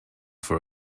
for